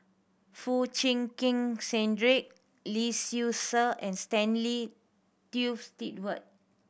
Foo Chee Keng Cedric Lee Seow Ser and Stanley Toft Stewart